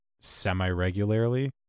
semi-regularly